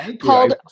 called